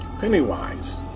Pennywise